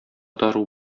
дару